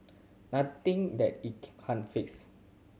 nothing that it can't fix